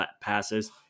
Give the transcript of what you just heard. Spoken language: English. passes